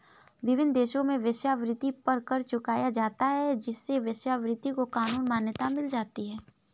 विभिन्न देशों में वेश्यावृत्ति पर कर चुकाया जाता है जिससे वेश्यावृत्ति को कानूनी मान्यता मिल जाती है